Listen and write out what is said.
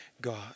God